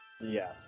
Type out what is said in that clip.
Yes